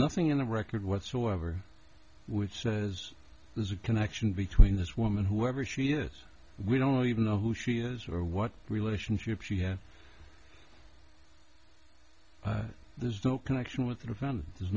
nothing in the record whatsoever which says there's a connection between this woman whoever she is we don't even know who she is or what relationship she had there's no connection with the fan there's